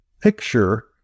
picture